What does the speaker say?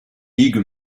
ligues